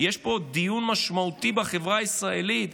יש פה דיון משמעותי בחברה הישראלית,